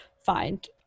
find